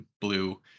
Blue